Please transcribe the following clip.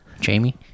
Jamie